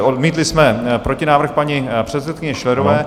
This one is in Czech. Odmítli jsme protinávrh paní předsedkyně Schillerové.